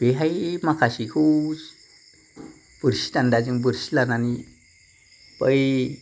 बेहाय माखासेखौ बोरसि दान्दाजों बोरसि लानानै बै